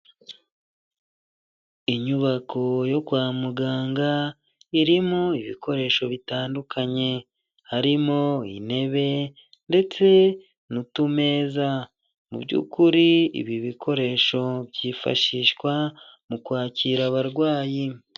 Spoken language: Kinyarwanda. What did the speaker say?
Inyubako yo kwa muganga irimo ibikoresho bitandukanye harimo intebe ndetse n'utumeza mu by'ukuri ibi bikoresho byifashishwa mu kwakira abarwayi.